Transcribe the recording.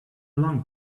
long